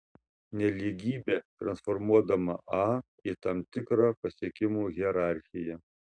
nelygybę transformuodama a į tam tikrą pasiekimų hierarchiją